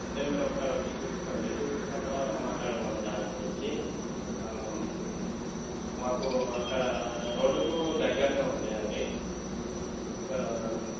అయితే మీరు ఒకసారి వచ్చి చూసుకోండి చూసుకున్న తర్వాత మాట్లాడదామండి దాని గురించి మాకు అక్కడ రోడ్డుకు దగ్గరలోనే ఉంటాయండి ఇంకా